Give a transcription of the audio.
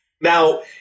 Now